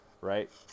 right